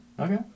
Okay